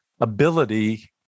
ability